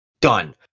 done